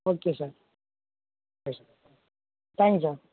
okay sir yes thank you sir